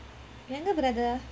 younger brother ah